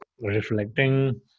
reflecting